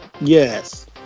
Yes